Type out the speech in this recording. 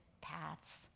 paths